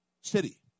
city